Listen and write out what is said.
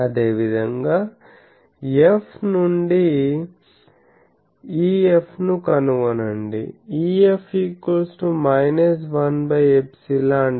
అదేవిధంగా F నుండి EF ను కనుగొనండి